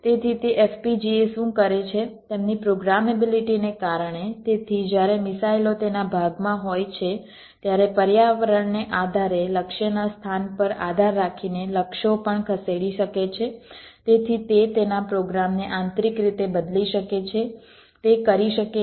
તેથી તે FPGA શું કરે છે તેમની પ્રોગ્રામેબિલિટીને કારણે તેથી જ્યારે મિસાઇલો તેના ભાગમાં હોય છે ત્યારે પર્યાવરણને આધારે લક્ષ્યના સ્થાન પર આધાર રાખીને લક્ષ્યો પણ ખસેડી શકે છે તેથી તે તેના પ્રોગ્રામને આંતરિક રીતે બદલી શકે છે તે કરી શકે છે